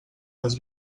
les